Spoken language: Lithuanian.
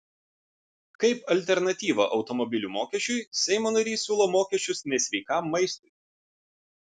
kaip alternatyvą automobilių mokesčiui seimo narys siūlo mokesčius nesveikam maistui